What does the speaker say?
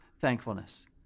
thankfulness